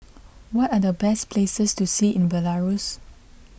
what are the best places to see in Belarus